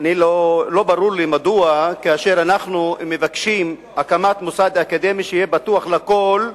לא ברור לי מדוע כאשר אנחנו מבקשים הקמת מוסד אקדמי שיהיה פתוח לכול,